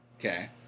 Okay